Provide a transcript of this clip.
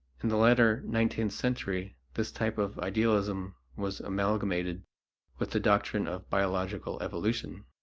in the later nineteenth century, this type of idealism was amalgamated with the doctrine of biological evolution.